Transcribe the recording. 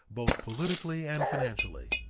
both politically and financially.